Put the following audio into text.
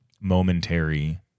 momentary